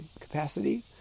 capacity